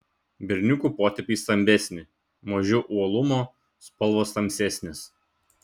berniukų potėpiai stambesni mažiau uolumo spalvos tamsesnės